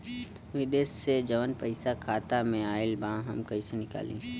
विदेश से जवन पैसा खाता में आईल बा हम कईसे निकाली?